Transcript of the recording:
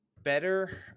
Better